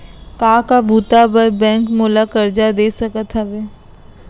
का का बुता बर बैंक मोला करजा दे सकत हवे?